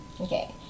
Okay